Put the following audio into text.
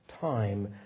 time